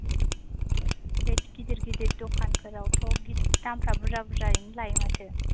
बे गिदिर गिदिर दखानफोरावथ' दामफ्रा बुरजा बुरजायैनो लायो माथो